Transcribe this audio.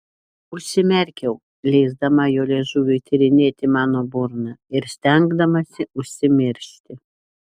užsimerkiau leisdama jo liežuviui tyrinėti mano burną ir stengdamasi užsimiršti